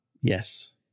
Yes